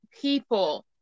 people